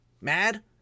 mad